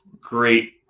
great